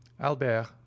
albert